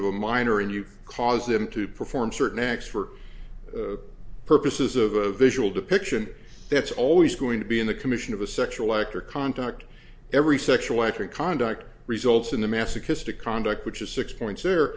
of a minor and you cause them to perform certain acts for purposes of a visual depiction that's always going to be in the commission of a sexual act or contact every sexual act or conduct results in the masochistic conduct which is six point